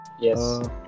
yes